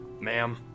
ma'am